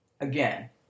Again